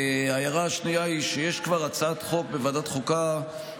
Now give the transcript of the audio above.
ההערה השנייה היא שיש כבר הצעת חוק בוועדת החוקה,